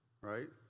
right